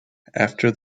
after